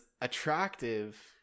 attractive